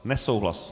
Nesouhlas.